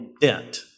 dent